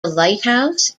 lighthouse